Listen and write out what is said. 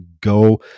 go